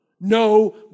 No